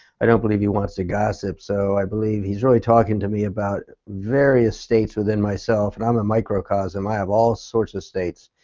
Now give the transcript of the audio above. i don't believe he wants to gossip. so i believe he is really talking to me about various things within myself. and i am a microcosm. i have all sorts of states.